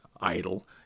idle